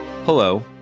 Hello